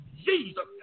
Jesus